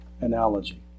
analogy